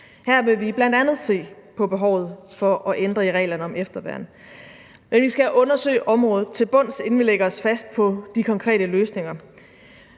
Her vil vi bl.a. se på behovet for at ændre i reglerne om efterværn, men vi skal undersøge området til bunds, inden vi lægger os fast på de konkrete løsninger.